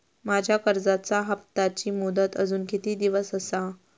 माझ्या कर्जाचा हप्ताची मुदत अजून किती दिवस असा?